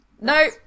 no